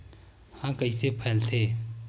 ह कइसे फैलथे?